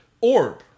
orb